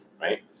right